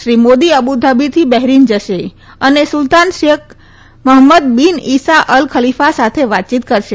શ્રી મોદી અબુધાબીથી બહેરીન જશે અને Sultan Sheikh Hamad bin Isa Al Khalifa સાથે વાતચીત કરશે